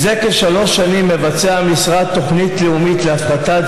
זה כשלוש שנים המשרד מבצע תוכנית לאומית להפחתת